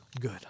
good